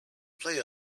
play